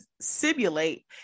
simulate